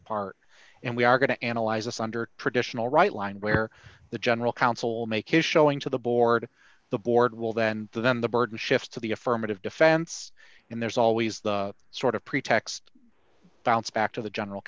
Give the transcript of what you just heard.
apart and we are going to analyze this under traditional right line where the general counsel make his showing to the board the board will then the then the burden shifts to the affirmative defense and there's always the sort of pretext bounce back to the general